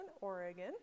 Oregon